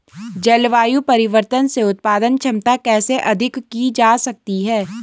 जलवायु परिवर्तन से उत्पादन क्षमता कैसे अधिक की जा सकती है?